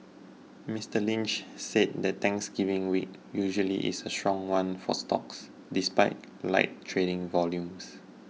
Mister Lynch said the Thanksgiving week usually is a strong one for stocks despite light trading volumes